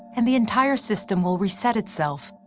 and the entire system will reset itself,